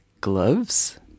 Gloves